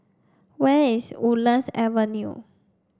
where is Woodlands Avenue